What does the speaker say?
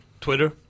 Twitter